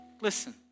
listen